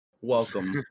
Welcome